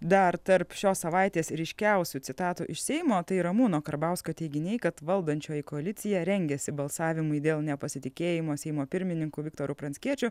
dar tarp šios savaitės ryškiausių citatų iš seimo tai ramūno karbauskio teiginiai kad valdančioji koalicija rengiasi balsavimui dėl nepasitikėjimo seimo pirmininku viktoru pranckiečiu